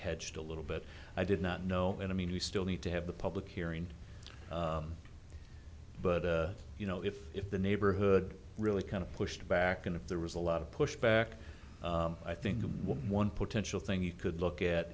hedged a little but i did not know and i mean we still need to have the public hearing but you know if if the neighborhood really kind of pushed back and if there was a lot of pushback i think one potential thing you could look at